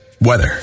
Weather